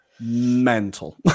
mental